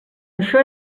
això